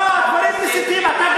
לא עברית.